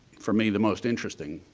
for me, the most interesting.